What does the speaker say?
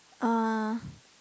uh